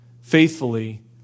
faithfully